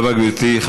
תודה רבה, גברתי.